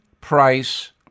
price